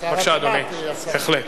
בבקשה, אדוני.